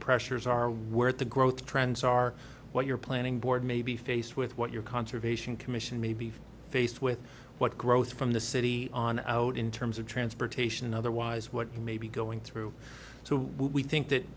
pressures are where the growth trends are what your planning board may be faced with what your conservation commission may be faced with what growth from the city on out in terms of transportation otherwise what you may be going through so we think that